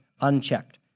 unchecked